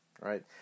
right